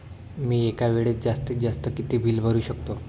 मी एका वेळेस जास्तीत जास्त किती बिल भरू शकतो?